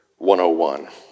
101